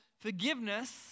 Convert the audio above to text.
forgiveness